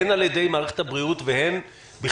הן על ידי מערכת הבריאות והן בכלל,